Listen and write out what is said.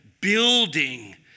building